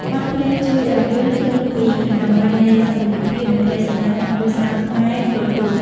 បទភ្លេងជួយឱ្យយើងឃើញពីតម្លៃនៃសាមគ្គីភាព និងក្ដីស្រឡាញ់ក្នុងគ្រួសារខ្មែរគ្រប់រូប។